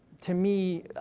to me,